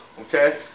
Okay